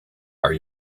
are